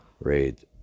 read